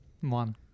One